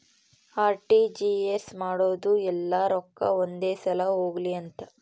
RTGS ಮಾಡೋದು ಯೆಲ್ಲ ರೊಕ್ಕ ಒಂದೆ ಸಲ ಹೊಗ್ಲಿ ಅಂತ